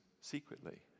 secretly